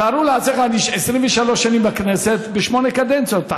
תארו לעצמכם, אני 23 שנים בכנסת, שמונה קדנציות.